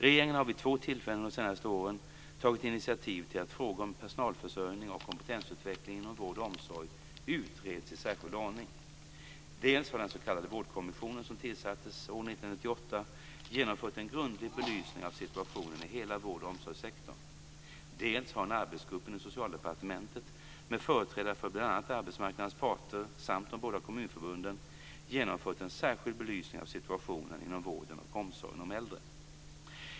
Regeringen har vid två tillfällen under de senaste åren tagit initiativ till att frågor om personalförsörjning och kompetensutveckling inom vård och omsorg utreds i särskild ordning. Dels har den s.k. vårdkommissionen som tillsattes år 1998 genomfört en grundlig belysning av situationen i hela vård och omsorgssektorn, dels har en arbetsgrupp inom Socialdepartementet med företrädare för bl.a. arbetsmarknadens parter samt de båda kommunförbunden genomfört en särskild belysning av situationen inom vården och omsorgen om äldre.